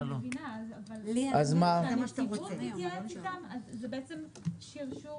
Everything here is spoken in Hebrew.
אני מבינה אבל --- זה בעצם שרשור